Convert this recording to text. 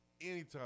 anytime